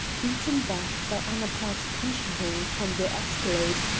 beaten back by annapla's punch-bowl from their escalade,